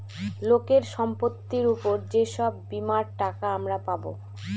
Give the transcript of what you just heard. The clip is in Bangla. লোকের সম্পত্তির উপর যে সব বীমার টাকা আমরা পাবো